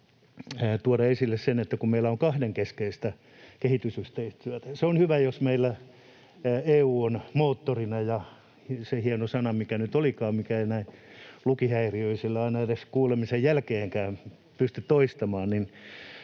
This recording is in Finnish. tuoda esille sen, että meillä on kahdenkeskeistä kehitysyhteistyötä. Se on hyvä, jos meillä EU on moottorina, ja se hieno sana — mikä nyt olikaan, mitä ei lukihäiriöinen aina edes kuulemisen jälkeenkään pysty toistamaan